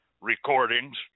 recordings